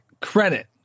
credit